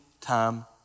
time